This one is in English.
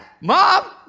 Mom